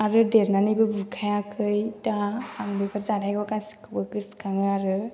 आरो देरनानैबो बुखायाखै दा आं बेफोर जाथायखौ गासिखौबो गोसोखाङो आरो